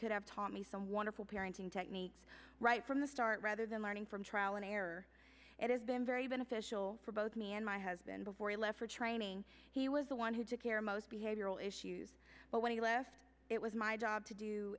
could have taught me some wonderful parenting techniques right from the start rather than learning from trial and error it has been very beneficial for both me and my husband before he left for training he was the one who jacare most behavioral issues but when he left it was my job to do